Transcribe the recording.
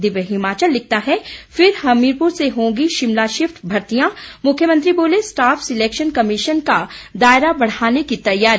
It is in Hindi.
दिव्य हिमाचल लिखता है फिर हमीरपुर से होंगी शिमला शिफ्ट भर्तियां मुख्यमंत्री बोले स्टाफ सिलेक्शन कमीशन का दायरा बढ़ाने की तैयारी